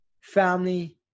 family